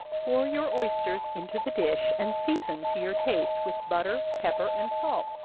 pour your oysters into the dish, and season, to your taste, with butter, pepper and salt,